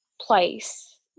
place